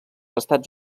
estats